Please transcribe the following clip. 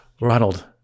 Ronald